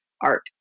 art